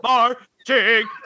Marching